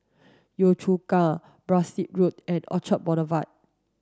Yio Chu Kang Berkshire Road and Orchard Boulevard